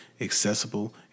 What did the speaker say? Accessible